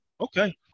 okay